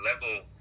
level